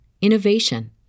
innovation